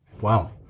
Wow